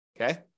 Okay